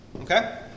Okay